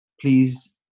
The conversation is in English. please